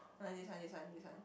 not this one this one this one